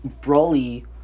Brawly